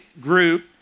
group